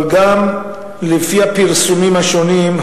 אבל גם לפי הפרסומים השונים,